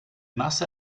masse